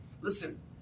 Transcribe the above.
listen